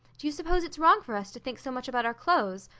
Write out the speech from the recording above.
do you suppose it's wrong for us to think so much about our clothes?